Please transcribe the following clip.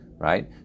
Right